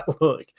look